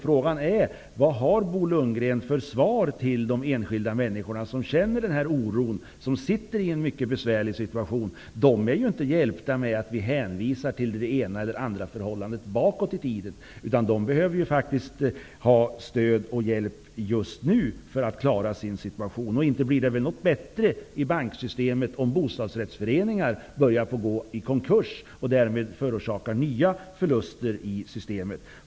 Frågan är då: Vad har Bo Lundgren att säga till de enskilda människor som känner oro över detta och som sitter i en mycket besvärlig situation? De är ju inte hjälpta av att Bo Lundgren hänvisar till det ena eller andra förhållandet bakåt i tiden, utan de behöver stöd och hjälp just nu för att klara av sin situation. Det blir ju heller inte bättre inom banksystemet om bostadsrättsföreningar börjar gå i konkurs och därmed förorsakar nya förluster i systemet.